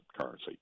currency